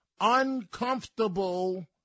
uncomfortable